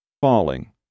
falling